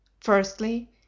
Firstly